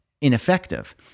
ineffective